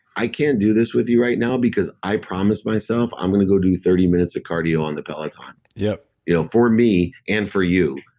i can't do this with you right now because i promised myself i'm going to go do thirty minutes of cardio on the peloton. yeah you know for me and for you,